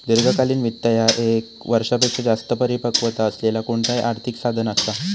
दीर्घकालीन वित्त ह्या ये क वर्षापेक्षो जास्त परिपक्वता असलेला कोणताही आर्थिक साधन असा